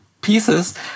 pieces